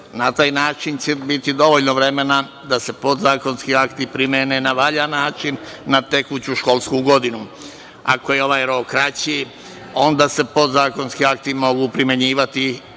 Na taj način će biti dovoljno vremena da se podzakonski akti primene na valjan način, na tekuću školsku godinu. Ako je ovaj rok kraći, onda se podzakonski akti mogu primenjivati